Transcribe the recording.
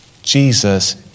Jesus